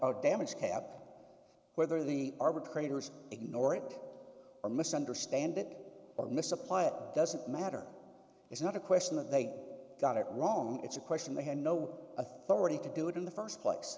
a damage cap whether the arbitrator's ignore it or misunderstand it or misapply it doesn't matter it's not a question that they got it wrong it's a question they had no authority to do it in the first place